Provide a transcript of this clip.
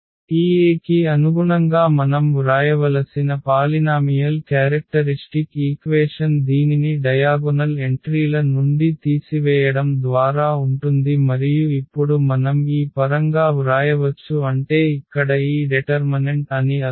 ఈ A కి అనుగుణంగా మనం వ్రాయవలసిన పాలినామియల్ క్యారెక్టరిష్టిక్ ఈక్వేషన్ దీనిని డయాగొనల్ ఎంట్రీల నుండి తీసివేయడం ద్వారా ఉంటుంది మరియు ఇప్పుడు మనం ఈ పరంగా వ్రాయవచ్చు అంటే ఇక్కడ ఈ డెటర్మనెంట్ అని అర్థం